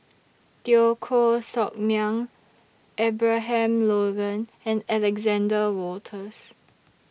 Teo Koh Sock Miang Abraham Logan and Alexander Wolters